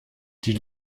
die